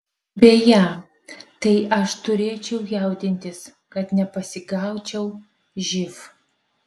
beje tai aš turėčiau jaudintis kad nepasigaučiau živ